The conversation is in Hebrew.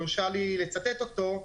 והוא הרשה לי לצטט אותו,